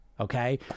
Okay